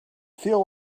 feel